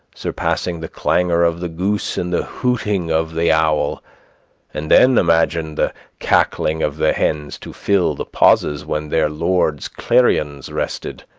surpassing the clangor of the goose and the hooting of the owl and then imagine the cackling of the hens to fill the pauses when their lords' clarions rested!